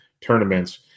tournaments